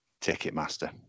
Ticketmaster